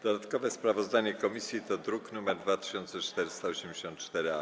Dodatkowe sprawozdanie komisji to druk nr 2484-A.